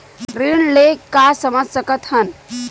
ऋण ले का समझ सकत हन?